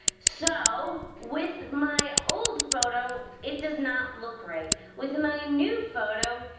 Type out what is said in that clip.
so with my old photo it does not look right. with my new photo,